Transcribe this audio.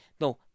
no